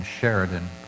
Sheridan